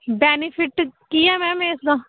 benefit ਕੀ ਹੈ ma'am ਇਸ ਦਾ